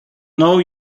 know